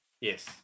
Yes